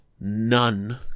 none